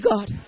God